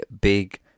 big